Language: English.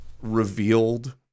revealed